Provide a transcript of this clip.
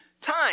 time